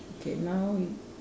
okay now we